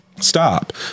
stop